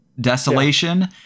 desolation